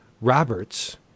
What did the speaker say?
Roberts